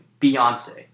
Beyonce